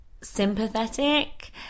sympathetic